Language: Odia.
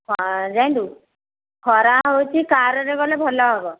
ହଁ ଜାଣିଲୁ ଖରା ହେଉଛି କାର୍ ରେ ଗଲେ ଭଲ ହେବ